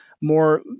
more